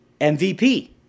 MVP